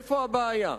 איפה הבעיה?